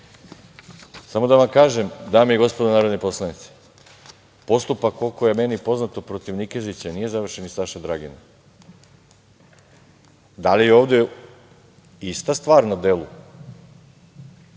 da vam kažem, dame i gospodo narodni poslanici, postupak, koliko je meni poznato, protiv Nikezića nije završen, i Saše Dragina. Da li je ovde ista stvar na delu,